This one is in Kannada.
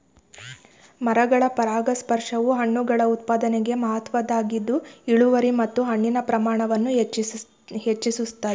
ಮರಗಳ ಪರಾಗಸ್ಪರ್ಶವು ಹಣ್ಣುಗಳ ಉತ್ಪಾದನೆಗೆ ಮಹತ್ವದ್ದಾಗಿದ್ದು ಇಳುವರಿ ಮತ್ತು ಹಣ್ಣಿನ ಪ್ರಮಾಣವನ್ನು ಹೆಚ್ಚಿಸ್ತದೆ